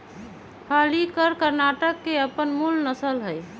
हल्लीकर कर्णाटक के अप्पन मूल नसल हइ